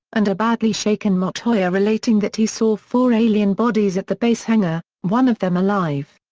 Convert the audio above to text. and a badly shaken montoya relating that he saw four alien bodies at the base hangar, one of them alive.